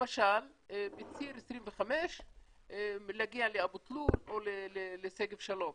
למשל בציר 25 להגיע לאבו תלול או לשגב שלום.